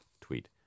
tweet